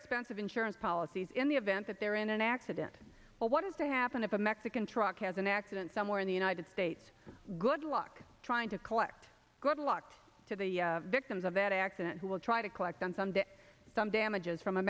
expensive insurance policies in the event that they are in an accident or what is to happen if a mexican truck has an accident somewhere in the united states good luck trying to collect good luck to the victims of that accident who will try to collect on sunday some damages from a